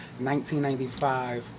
1995